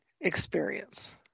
experience